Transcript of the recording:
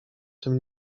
tym